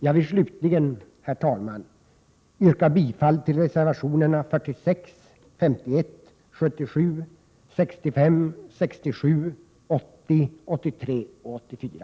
Jag vill slutligen, herr talman, yrka bifall till reservationerna 46, 51, 77, 65, 67, 80, 83 och 84.